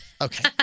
Okay